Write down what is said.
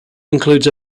includes